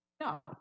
No